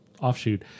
offshoot